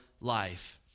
life